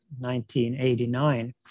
1989